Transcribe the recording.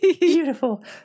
Beautiful